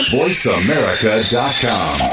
voiceamerica.com